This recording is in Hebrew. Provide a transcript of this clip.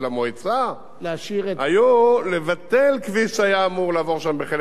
היתה לבטל כביש שהיה אמור לעבור שם בחלק מהאדמות שלהם,